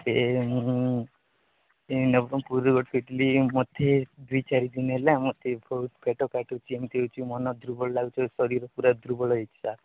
ସେ ମୁଁ ଏ ନବରଙ୍ଗପୁରରୁ ଗୋଟେ ଦୁଇ ଚାରି ଦିନ ହେଲା ମୋତେ ବହୁତ ପେଟ କାଟୁଛି ଏମିତି ହେଉଛି ମନ ଦୁର୍ବଳ ଲାଗୁଛି ଶରୀର ପୁରା ଦୁର୍ବଳ ହେଇଛି ସାର୍